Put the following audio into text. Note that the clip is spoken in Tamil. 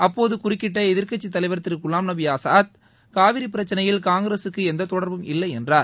அப்போது குறுக்கிட்ட எதிர்க்கட்சித் தலைவர் திரு குலாம்நபி ஆஸாத் காவிரி பிரச்சினையில் காங்கிரஸுக்கு எந்த தொடர்பும் இல்லை என்றார்